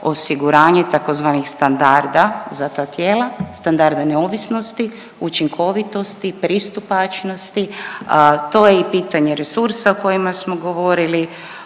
osiguranje tzv. standarda za ta tijela, standarda neovisnosti, učinkovitosti, pristupačnosti to i pitanje resursa o kojima smo govorili,